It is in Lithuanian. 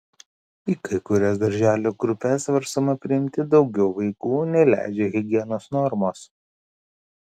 į kai kurias darželių grupes svarstoma priimti daugiau vaikų nei leidžia higienos normos